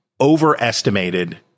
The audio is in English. overestimated